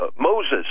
Moses